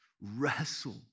wrestle